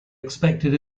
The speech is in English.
expected